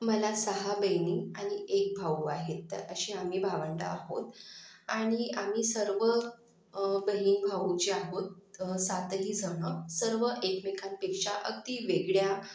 मला सहा बहिणी आणि एक भाऊ आहे तर असे आम्ही भावंडं आहोत आणि आम्ही सर्व बहीण भाऊ जे आहोत सातही जण सर्व एकमेकांपेक्षा अगदी वेगळ्या